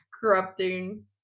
corrupting